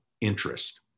interest